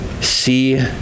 see